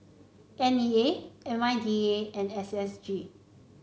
N E A I M D A and S S G